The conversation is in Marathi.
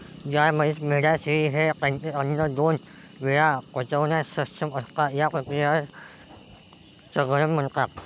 गाय, म्हैस, मेंढ्या, शेळी हे त्यांचे अन्न दोन वेळा पचवण्यास सक्षम असतात, या क्रियेला चघळणे म्हणतात